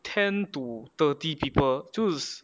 ten to thirty people 就是